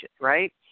right